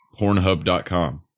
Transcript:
pornhub.com